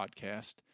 podcast